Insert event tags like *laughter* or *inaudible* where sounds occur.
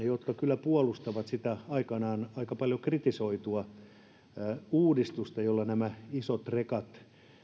*unintelligible* jotka kyllä puolustavat sitä aikanaan aika paljon kritisoitua uudistusta jolla nämä isot rekat